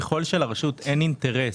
ככל שלרשות אין אינטרס,